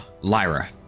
Lyra